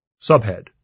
Subhead